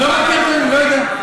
לא מכיר, לא יודע.